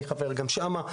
אני חבר גם שם,